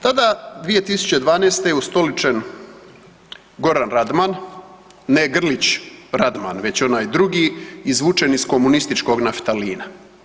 Tada 2012. je ustoličen Goran Radman, ne Grlić Radman već onaj drugi izvučen iz komunističkog naftalina.